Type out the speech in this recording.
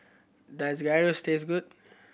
does Gyros taste good